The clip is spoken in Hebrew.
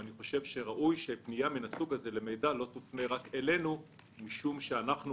אני חושב שראוי שפנייה מן הסוג הזה למידע לא תופנה רק אלינו או למגדל